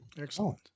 Excellent